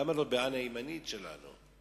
למה לא בעין הימנית שלנו,